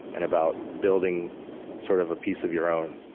and about building sort of a piece of your own,